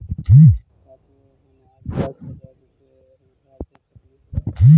का तू हमारा दस हज़ार रूपए उधार दे सकलू हे?